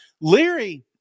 Leary –